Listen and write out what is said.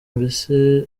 mbese